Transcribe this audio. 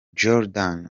jordan